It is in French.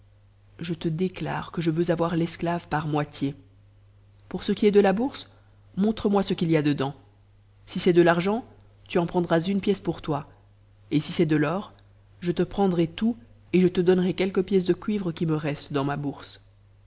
je te déclare que je veux avoir l'esclave par moitié pour ce qui est de la bourse montremoi ce qu'il y a dedans si c'est de l'argent tu en prendras une pice pour toi et si c'est de l'or je te prendrai tout et je te donnerai qucl't pièces dp cuivre qui me restent dans ma bourse